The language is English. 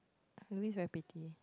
always very pretty